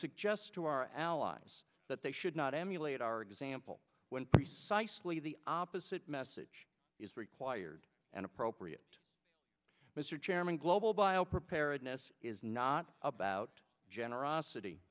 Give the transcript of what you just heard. suggests to our allies that they should not emulate our example when precisely the opposite message is required and appropriate mr chairman global bio preparedness is not about generosity